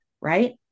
right